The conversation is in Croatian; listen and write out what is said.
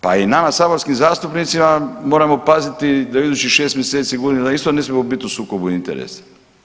Pa i nama saborskim zastupnicima moramo paziti da idućih 6 mjeseci, godinu dana, isto ne smijemo biti u sukobu interesa.